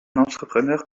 entrepreneur